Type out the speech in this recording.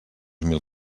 mil